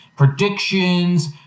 Predictions